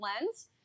lens